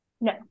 No